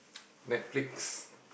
Netflix